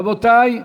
רבותי,